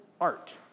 art